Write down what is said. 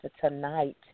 tonight